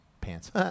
pants